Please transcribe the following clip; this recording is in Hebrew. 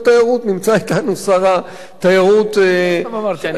נמצא אתנו שר התיירות, אני לא סתם אמרתי לך,